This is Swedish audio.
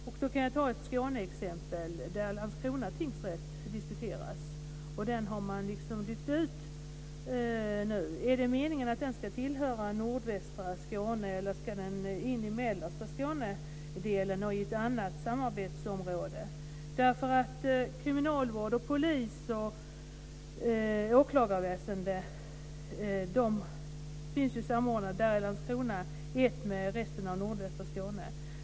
Jag kan ta ett exempel från Skåne, där Landskrona tingsrätt diskuteras. Den har man nu lyft ut. Är det meningen att den ska tillhöra nordvästra Skåne, eller ska den in i mellersta Skåne och i ett annat samarbetsområde? Kriminalvård, polis och åklagarväsende finns samordnade i Landskrona med resten av nordvästra Skåne.